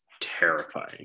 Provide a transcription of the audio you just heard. terrifying